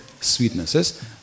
sweetnesses